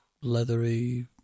leathery